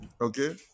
Okay